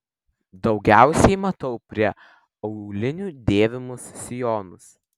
daugiausiai matau prie aulinių dėvimus sijonus